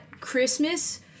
Christmas